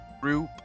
group